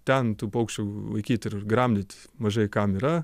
ten tų paukščių vaikyt ir gramdyt mažai kam yra